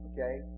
Okay